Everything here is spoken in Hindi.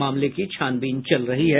मामले की छानबीन चल रही है